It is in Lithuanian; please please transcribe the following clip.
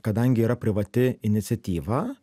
kadangi yra privati iniciatyva